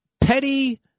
petty